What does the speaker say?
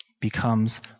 becomes